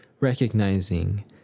recognizing